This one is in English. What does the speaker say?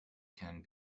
can